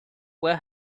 were